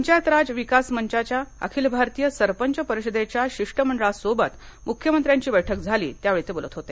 पंचायत राज विकास मंचघ्या अखिल भारतीय सरपंच परिषदेच्या शिष्टमंडळा सोबत मुख्यमंत्र्यांची बैठक झाली त्यावेळी ते बोलत होते